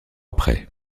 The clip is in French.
après